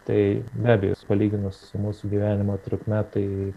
tai be abejo jas palyginus su mūsų gyvenimo trukme tai